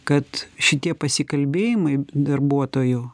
kad šitie pasikalbėjimai darbuotojų